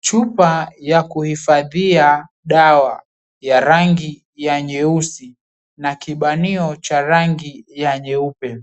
Chupa ya kuhifadhia dawa ya rangi ya nyeusi na kibanio cha rangi ya nyeupe